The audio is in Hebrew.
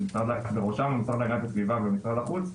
ובראשם המשרד להגנת הסביבה ומשרד החוץ,